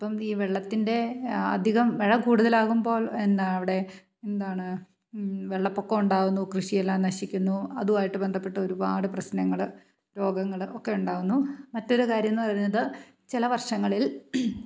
അപ്പം ഈ വെള്ളത്തിൻ്റെ അധികം മഴ കൂടുതലാകുമ്പോൾ എന്താ അവിടെ എന്താണ് വെള്ളപ്പൊക്കമുണ്ടാകുന്നു കൃഷിയെല്ലാം നശിക്കുന്നു അതുമായിട്ട് ബന്ധപ്പെട്ട് ഒരുപാട് പ്രശ്നങ്ങൾ രോഗങ്ങൾ ഒക്കെ ഉണ്ടാകുന്നു മറ്റൊരു കാര്യം എന്നു പറയുന്നത് ചില വർഷങ്ങളിൽ